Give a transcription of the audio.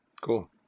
Cool